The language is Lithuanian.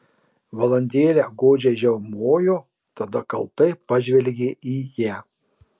valandėlę godžiai žiaumojo tada kaltai pažvelgė į ją